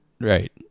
right